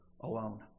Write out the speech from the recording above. Alone